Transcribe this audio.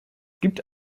gibt